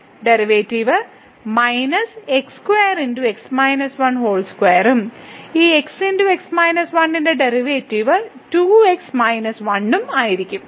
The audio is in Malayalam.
ഡെറിവേറ്റീവ് ഉം ഈ x ന്റെ ഡെറിവേറ്റീവ് 2x 1 ഉം ആയിരിക്കും